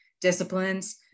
disciplines